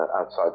outside